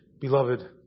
beloved